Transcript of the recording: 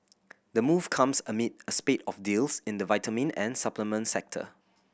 the move comes amid a spate of deals in the vitamin and supplement sector